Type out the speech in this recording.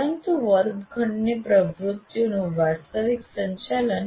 પરંતુ વર્ગખંડની પ્રવૃત્તિઓનું વાસ્તવિક સંચાલન